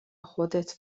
خود